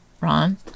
Ron